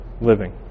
living